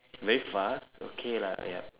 very fast okay lah yup